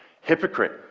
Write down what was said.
Hypocrite